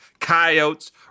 coyotes